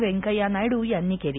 व्यंक्यया नायडू यांनी केली